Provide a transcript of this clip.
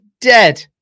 dead